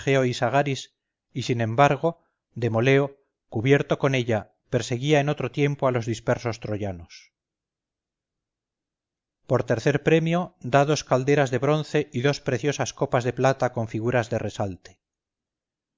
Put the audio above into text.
sagaris y sin embargo demoleo cubierto con ella perseguía en otro tiempo a los dispersos troyanos por tercer premio da dos calderas de bronce y dos preciosas copas de plata con figuras de resalte